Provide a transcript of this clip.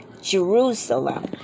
Jerusalem